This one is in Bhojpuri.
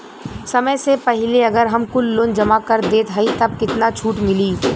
समय से पहिले अगर हम कुल लोन जमा कर देत हई तब कितना छूट मिली?